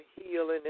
healing